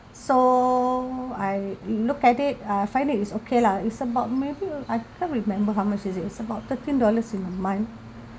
so I look at it uh find that it's okay lah it's about maybe I can't remember how much is it it's about thirteen dollars in a month